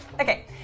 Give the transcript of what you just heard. Okay